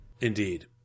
Indeed